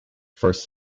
first